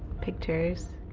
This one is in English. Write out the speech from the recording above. pictures